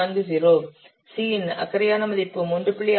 40 C இன் அக்கறையான மதிப்பு 3